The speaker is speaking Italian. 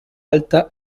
alta